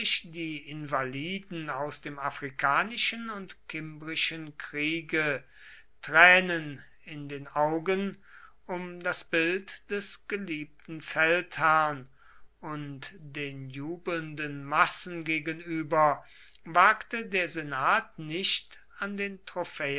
die invaliden aus dem afrikanischen und kimbrischen kriege tränen in den augen um das bild des geliebten feldherrn und den jubelnden massen gegenüber wagte der senat nicht an den trophäen